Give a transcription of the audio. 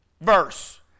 verse